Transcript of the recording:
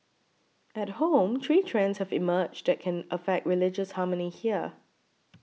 at home three trends have emerged that can affect religious harmony here